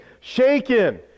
shaken